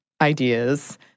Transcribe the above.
ideas